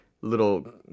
little